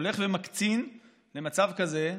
הולך ומקצין במצב כזה,